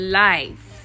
life